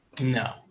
no